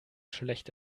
schlecht